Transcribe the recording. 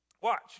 Watch